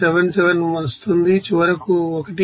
77 వస్తుంది చివరకు 1